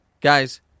Guys